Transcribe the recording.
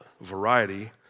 variety